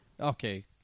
Okay